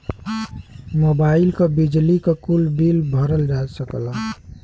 mobile क, बिजली क, कुल बिल भरल जा सकला